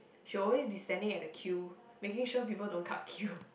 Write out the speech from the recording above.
she will always be standing at the queue making sure people don't cut queue